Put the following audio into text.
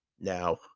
Now